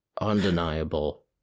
undeniable